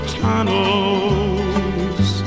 tunnels